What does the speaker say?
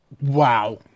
Wow